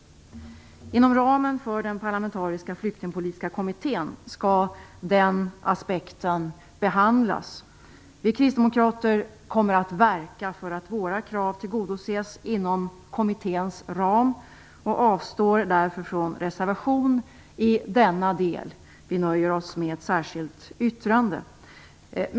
Inom ramen för den parlamentariska flyktingpolitiska kommittén skall den aspekten behandlas. Vi kristdemokrater kommer att verka för att våra krav tillgodoses inom kommitténs ram och avstår därför från att reservera oss i denna del. Vi nöjer oss med ett särskilt yttrande.